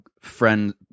friend